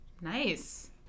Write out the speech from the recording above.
Nice